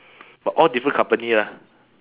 but all different company lah